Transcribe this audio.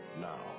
now